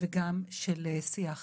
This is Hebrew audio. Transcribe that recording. וגם של שיח.